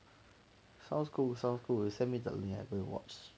sounds good sounds good you send me that link I go and watch